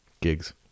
Gigs